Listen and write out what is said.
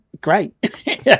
great